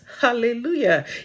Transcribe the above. hallelujah